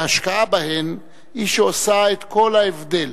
והשקעה בהן היא שעושה את כל ההבדל